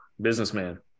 businessman